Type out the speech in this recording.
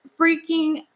freaking